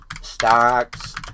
stocks